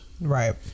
Right